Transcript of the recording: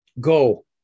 go